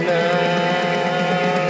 now